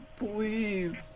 please